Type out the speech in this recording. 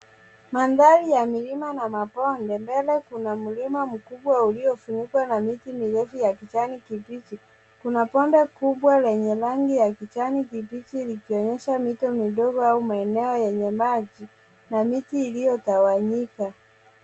Mandhari ya milima na mabonde. Mbele kuna mlima mkubwa uliofunikwa na miti mirefu ya kijani kibichi. Kuna bonde kubwa lenye rangi ya kijani kibichi likionyesha mito midogo au maeneo yenye maji na miti iliyotawanyika.